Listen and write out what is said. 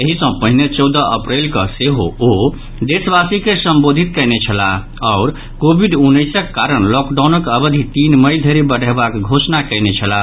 एहि सॅ पहिने चौदह अप्रैल कऽ सेहो ओ देशवासी के संबोधित कयने छलाह आओर कोविड उनैसक कारण लॉकडाउनक अवधि तीन मई धरि बढ़यबाक घोषणा कयने छलाह